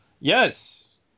Yes